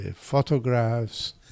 photographs